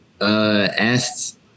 asked